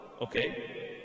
okay